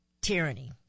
Tyranny